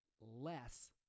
less